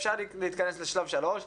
אפשר להתכנס לשלב שלוש.